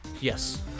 Yes